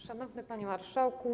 Szanowny Panie Marszałku!